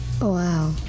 Wow